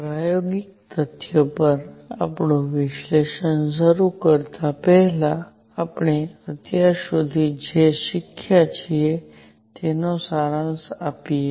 પ્રાયોગિક તથ્યો પર આપણું વિશ્લેષણ શરૂ કરતા પહેલા આપણે અત્યાર સુધી જે શીખ્યા છીએ તેનો સારાંશ આપીએ